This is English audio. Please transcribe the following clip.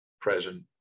present